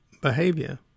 behavior